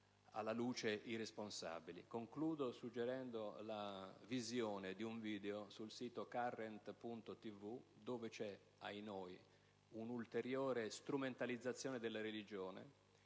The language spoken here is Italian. alla luce i responsabili. Concludo suggerendo la visione di un video sul sito «Current TV», dove vi è - ahinoi - un'ulteriore strumentalizzazione della religione: